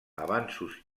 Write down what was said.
avanços